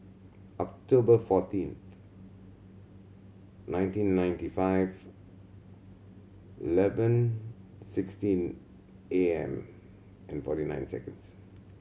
October fourteenth nineteen ninety five eleven sixteen A M and forty nine seconds